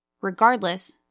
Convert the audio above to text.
Regardless